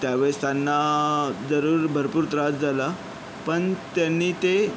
त्यावेळेस त्यांना जरूर भरपूर त्रास झाला पण त्यांनी ते